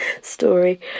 story